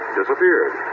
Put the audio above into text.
disappeared